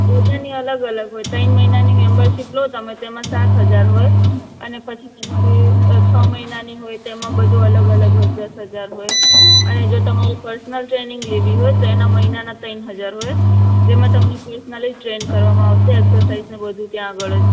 બધાની અલગ અલગ હોય ત્રણ મહિનાની મેમ્બરશિપ લો તમે તો એમાં સાત હજાર હોય અને પછી તમારે છ મહિનાની હોય તો એમા બધું અલગ અલગ હોય દસ હજાર હોય અને જો તમારે પર્સનલ ટ્રેનિંગ લેવી હોય તો એના મહિનાના ત્રણ હજાર હોય જેમાં તમને પર્સનલી ટ્રેન કરવામાં આવશે એક્સસાઇઝ ને બધુ ત્યાં આગળ જ